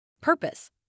purpose